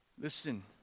Listen